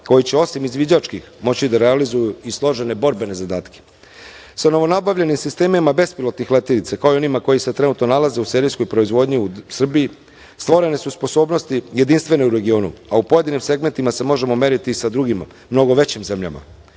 koji će osim izviđačkih moći i da realizuju i složene borbene zadatke. Sa novonabavljenim sistemima bespilotnih letilica, kao i onima koji se trenutno nalaze u serijskoj proizvodnji u Srbiji stvorene su sposobnosti jedinstvene u regionu, a u pojedinim segmentima se možemo meriti i sa drugima, mnogo većim zemljama. Pomenute